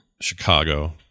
Chicago